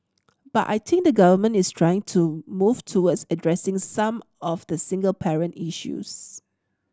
but I think the Government is trying to move towards addressing some of the single parent issues